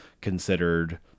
considered